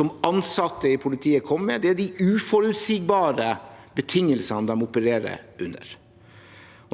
og ansatte i politiet kommer med; de uforutsigbare betingelsene de opererer under.